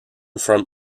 from